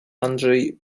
andrzej